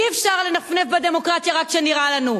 אי-אפשר לנפנף בדמוקרטיה רק כשנראה לנו,